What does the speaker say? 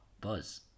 Buzz